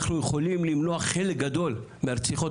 אנחנו יכולים למנוע חלק גדול מהרציחות